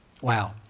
Wow